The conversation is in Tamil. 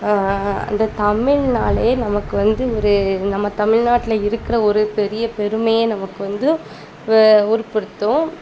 அந்த தமிழ்னாலே நமக்கு வந்து ஒரு நம்ம தமிழ்நாட்ல இருக்கிற ஒரு பெரிய பெருமையே நமக்கு வந்து வே உற்படுத்தும்